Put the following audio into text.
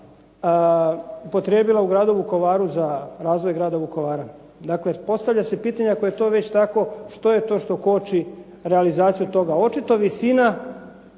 upotrijebila u Gradu Vukovaru za razvoj Grada Vukovara. Dakle, postavlja se pitanje ako je to već tako što je to što koči realizaciju toga, očito visina